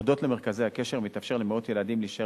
הודות למרכזי הקשר מתאפשר למאות ילדים להישאר